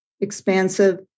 expansive